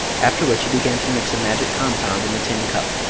after which he began to mix a magic compound in the tin cup.